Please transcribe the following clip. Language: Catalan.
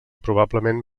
probablement